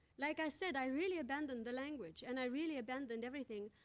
like i said, i really abandoned the language, and i really abandoned everything.